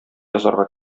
язарга